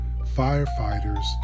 firefighters